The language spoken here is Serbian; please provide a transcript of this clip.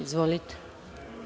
Izvolite.